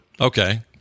okay